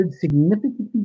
significantly